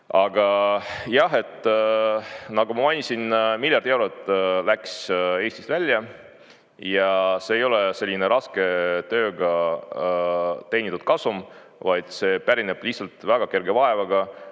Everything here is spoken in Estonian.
nagu ma mainisin, miljard eurot läks Eestist välja ja see ei ole selline raske tööga teenitud kasum, vaid see pärineb lihtsalt väga kerge vaevaga